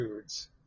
foods